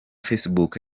facebook